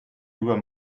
über